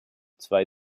zwei